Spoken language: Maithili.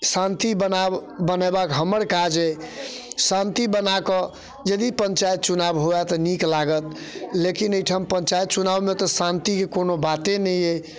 शांति बनाब शान्ति बनयबाक हमर काज अइ शान्ति बनाकऽ यदि पञ्चायत चुनाओ होइया तऽ नीक लागत लेकिन एहिठाम पञ्चायत चुनाओमे तऽ शान्तिके कोनो बाते नहि अइ